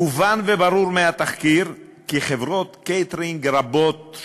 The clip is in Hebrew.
מובן וברור מהתחקיר כי חברות קייטרינג רבות,